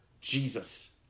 Jesus